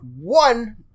one